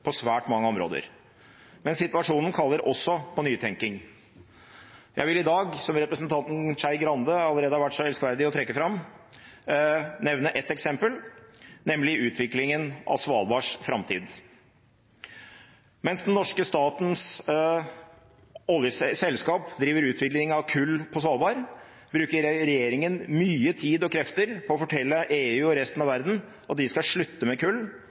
på svært mange områder. Men situasjonen kaller også på nytenking. Jeg vil i dag, som representanten Skei Grande allerede har vært så elskverdig å trekke fram, nevne ett eksempel, nemlig utviklingen av Svalbards framtid. Mens den norske statens selskap driver utvikling av kull på Svalbard, bruker regjeringen mye tid og krefter på å fortelle EU og resten av verden at de skal slutte med kull